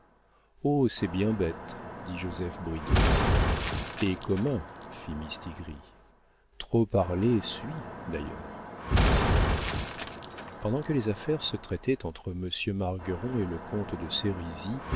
oh c'est bien bête dit joseph bridau et commun fit mistigris trop parler suit d'ailleurs pendant que les affaires se traitaient entre monsieur